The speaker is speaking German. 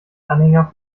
anhänger